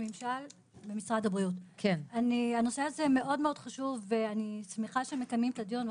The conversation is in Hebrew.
הנושא הזה מאוד מאוד חשוב ואני שמחה שמקיימים את הדיון,